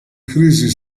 crisi